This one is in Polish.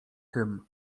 tym